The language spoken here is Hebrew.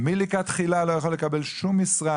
מלכתחילה לא יכול לקבל שום משרה,